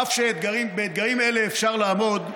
אף שבאתגרים אלה אפשר לעמוד,